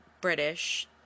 British